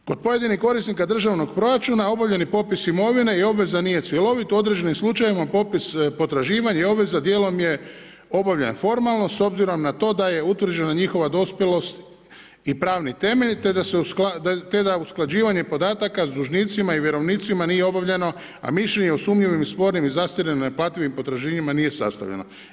Kod pojedinih korisnika državnog proračuna obavljeni popis imovine i obveza nije cjelovita, u određenim slučajevima popis potraživanja i obveza dijelom je obavljena formalno s obzirom na to da je utvrđena njihova dospjelost i pravni temelj te da usklađivanje podataka sa dužnicima i vjerovnicima nije obavljeno a mišljenje o sumnjivim i spornim i zastarjelim nenaplativim potraživanjima nije sastavljeno.